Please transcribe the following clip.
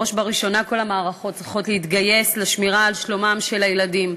בראש ובראשונה כל המערכות צריכות להתגייס לשמירה על שלומם של הילדים.